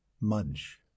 Mudge